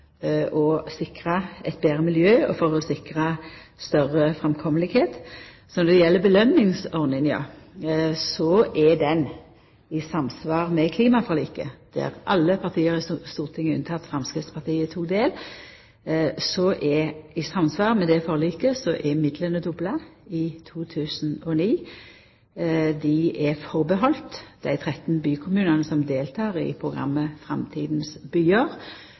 sikra eit betre miljø og for å sikra betre framkomst. Når det gjeld påskjøningsordninga, er ho i samsvar med klimaforliket, der alle partia på Stortinget unnateke Framstegspartiet tok del. I samsvar med det forliket er midlane dobla i 2009. Dei er haldne att til dei 13 bykommunane som deltek i programmet